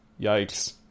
Yikes